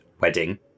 wedding